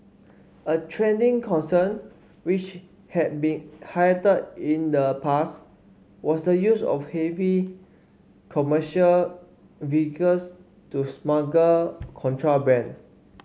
a trending concern which had been in the past was the use of heavy commercial vehicles to smuggle contraband